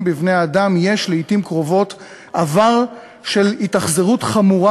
בבני-אדם יש לעתים קרובות עבר של התאכזרות חמורה,